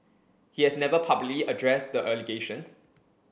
he has never publicly addressed the allegations